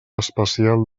especial